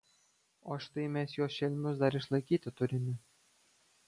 o štai mes juos šelmius dar išlaikyti turime